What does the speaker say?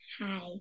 Hi